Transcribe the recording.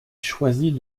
choisit